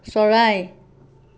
চৰাই